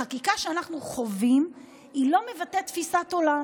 החקיקה שאנחנו חווים לא מבטאת תפיסת עולם.